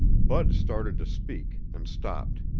bud started to speak and stopped.